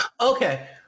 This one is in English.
okay